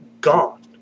gone